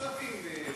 איך הכספים?